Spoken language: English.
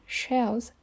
shells